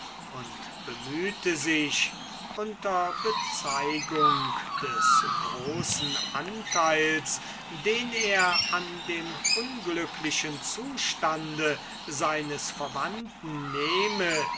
und bemühte sich unter bezeugung des großen anteils den er an dem unglücklichen zustande seines verwandten nehme